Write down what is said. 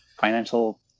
financial